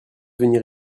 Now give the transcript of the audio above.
venir